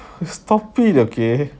you stop it okay